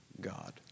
God